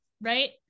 right